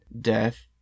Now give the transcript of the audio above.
death